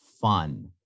fun